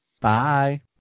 Bye